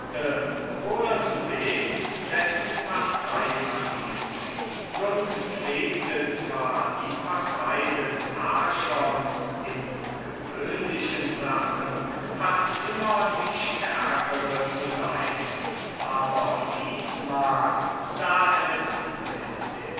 oder zu dem dessen partei man hielt nun pflegte zwar die partei des archon in currenten sachen fast immer die stärkere zu sein aber diesesmal da es mit dem